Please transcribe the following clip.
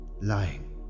lying